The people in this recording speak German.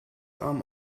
arm